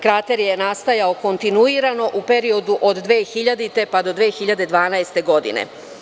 Krater je nastajao kontinuirano u periodu od 2000. pa do 2012. godine.